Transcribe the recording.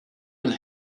and